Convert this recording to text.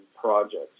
projects